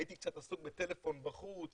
הייתי קצת עסוק בטלפון בחוץ,